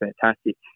fantastic